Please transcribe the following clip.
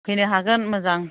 फैनो हागोन मोजां